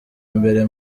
mbere